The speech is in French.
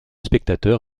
spectateur